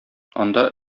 анда